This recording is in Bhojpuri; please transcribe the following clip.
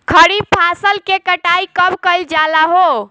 खरिफ फासल के कटाई कब कइल जाला हो?